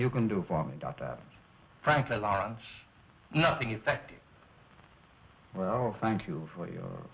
you can do for me doc that frankly lawrence nothing effective thank you for your